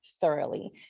thoroughly